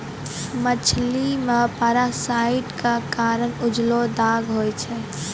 मछली मे पारासाइट क कारण उजलो दाग होय छै